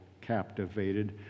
captivated